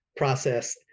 process